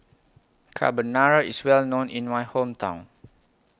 Carbonara IS Well known in My Hometown